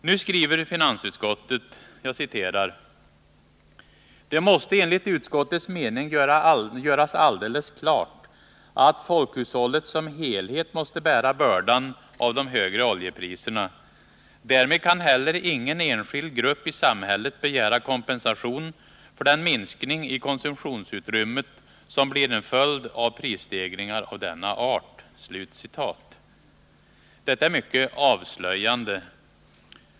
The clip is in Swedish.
Nu skriver finansutskottet: ”Det måste enligt utskottets mening göras alldeles klart att folkhushållet som helhet måste bära bördan av de högre oljepriserna. Därmed kan heller ingen enskild grupp i samhället begära kompensation för den minskning i konsumtionsutrymmet som blir en följd av prisstegringar av denna art.” Detta är mycket avslöjande.